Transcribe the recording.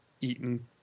eaten